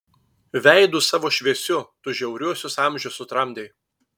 veidu savo šviesiu tu žiauriuosius amžius sutramdei